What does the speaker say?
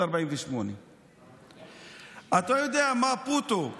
1948. אתה יודע מה בותה,